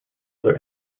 other